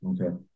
okay